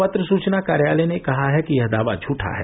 पत्र सुचना कार्यालय ने कहा है कि यह दावा झुठा है